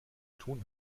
tun